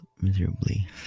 miserably